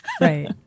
right